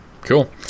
Cool